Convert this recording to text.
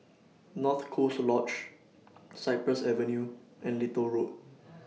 North Coast Lodge Cypress Avenue and Little Road